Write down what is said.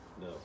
No